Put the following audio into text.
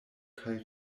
kaj